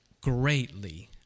greatly